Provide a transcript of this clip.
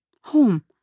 home